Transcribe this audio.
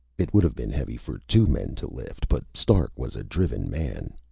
it would have been heavy for two men to lift, but stark was a driven man.